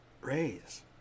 raise